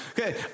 Okay